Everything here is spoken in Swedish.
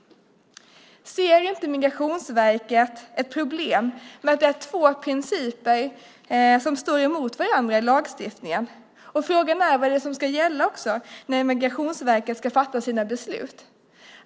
Ser inte Migrationsverket ett problem med att det är två principer som står emot varandra i lagstiftningen? Frågan är vad det är som ska gälla när Migrationsverket ska fatta sina beslut.